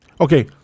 Okay